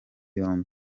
yombi